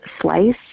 Slice